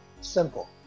simple